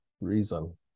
reason